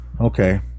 Okay